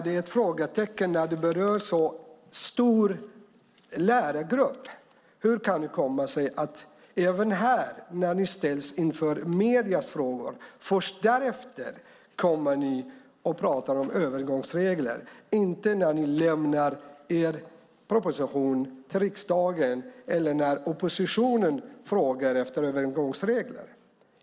De berör alltså en stor lärargrupp. Även här är det först när ni ställs inför frågorna från medierna som ni pratar om övergångsregler - inte när ni lämnar er proposition till riksdagen eller när oppositionen frågar efter övergångsregler.